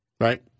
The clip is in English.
right